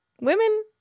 Women